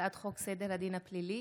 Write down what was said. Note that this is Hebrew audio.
הצעת חוק סדר הדין הפלילי